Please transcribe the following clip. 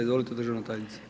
Izvolite državna tajnice.